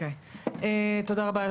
תודה רבה,